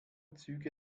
züge